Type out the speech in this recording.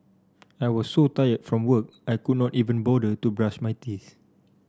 I was so tired from work I could not even bother to brush my teeth